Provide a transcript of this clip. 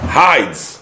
hides